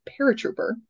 paratrooper